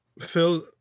phil